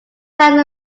time